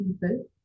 people